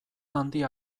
handia